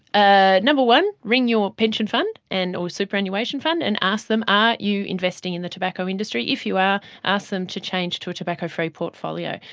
ah number one, ring your pension fund and or superannuation fund and ask them are you investing in the tobacco industry? if they are, ask them to change to a tobacco-free portfolio.